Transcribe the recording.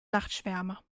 nachtschwärmer